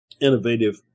innovative